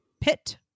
pit